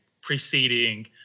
Preceding